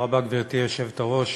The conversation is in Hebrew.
גברתי היושבת-ראש,